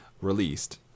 released